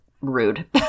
rude